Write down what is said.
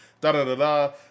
da-da-da-da